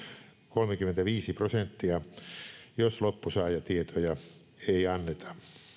kolmekymmentäviisi prosenttia jos loppusaajatietoja ei anneta